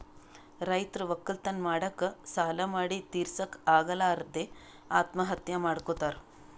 ರೈತರ್ ವಕ್ಕಲತನ್ ಮಾಡಕ್ಕ್ ಸಾಲಾ ಮಾಡಿ ತಿರಸಕ್ಕ್ ಆಗಲಾರದೆ ಆತ್ಮಹತ್ಯಾ ಮಾಡ್ಕೊತಾರ್